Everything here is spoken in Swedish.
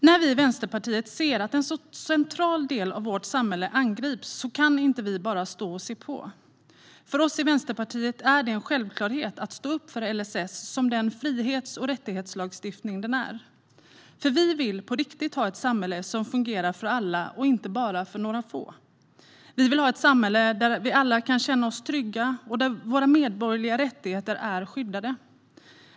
När vi i Vänsterpartiet ser att en sådan central del av samhället angrips kan vi inte bara stå och se på. För oss i Vänsterpartiet är det en självklarhet att stå upp för LSS som den frihets och rättighetslagstiftning den är. Vi vill på riktigt ha ett samhälle som fungerar för alla och inte bara för några få. Vi vill ha ett samhälle där alla kan känna sig trygga och där de medborgerliga rättigheterna är skyddade.